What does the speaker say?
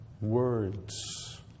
Words